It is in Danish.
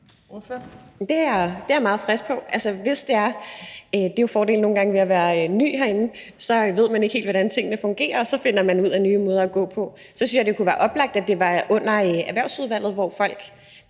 det er jeg meget frisk på. Det er jo nogle gange fordelen ved at være en ny herinde – så ved man ikke helt, hvordan tingene fungerer, og så finder man ud af nye veje at gå. Og så synes jeg, det kunne være oplagt, at det var under Erhvervsudvalget, hvor folk